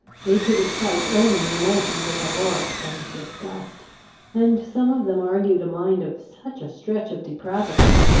they could excite only emotions of abhorrence and disgust and some of them argued a mind of such a stretch of depravity,